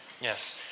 Yes